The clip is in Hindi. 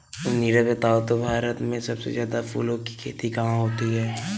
नीरज बताओ तो भारत में सबसे ज्यादा फूलों की खेती कहां होती है?